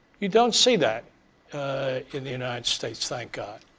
you don't see that in the united states, thank god.